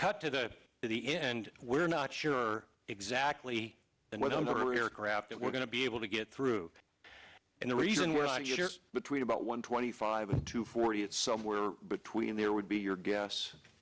cut to the city and we're not sure exactly the number of the aircraft that we're going to be able to get through and the reason we're between about one twenty five to forty it's somewhere between there would be your